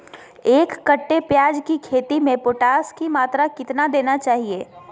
एक कट्टे प्याज की खेती में पोटास की मात्रा कितना देना चाहिए?